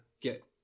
get